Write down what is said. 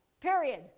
period